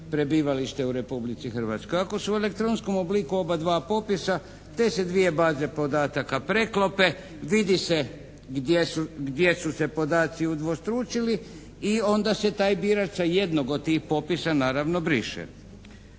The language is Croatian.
prebivalište u Republici Hrvatskoj. Ako su elektronskom obliku oba dva popisa te se dvije baze podataka preklope, vidi se gdje su se podaci udvostručili i onda se taj birač sa jednog od tih popisa naravno briše.